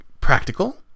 practical